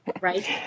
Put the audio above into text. right